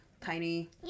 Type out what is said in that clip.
tiny